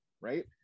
right